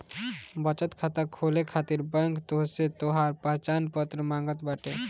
बचत खाता खोले खातिर बैंक तोहसे तोहार पहचान पत्र मांगत बाटे